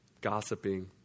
gossiping